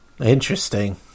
Interesting